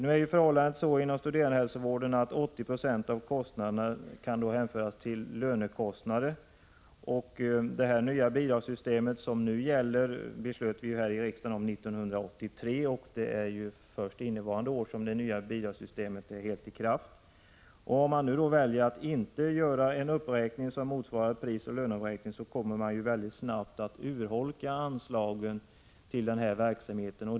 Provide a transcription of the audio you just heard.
Nu är förhållandet så inom studerandehälsovården att 80 96 av kostnaderna kan hänföras till lönekostnader. Det nya bidragssystem som nu gäller beslöt vi ju om i riksdagen 1983, och det är först innevarande år som det nya bidragssystemet är helt i kraft. Om man nu väljer att inte göra en uppräkning som motsvarar prisoch löneuppräkningen, kommer anslagen till denna verksamhet att snabbt urholkas.